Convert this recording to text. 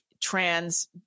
trans